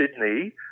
Sydney